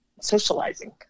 socializing